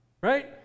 right